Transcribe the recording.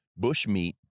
bushmeat